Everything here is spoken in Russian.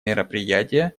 мероприятия